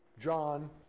John